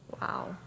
Wow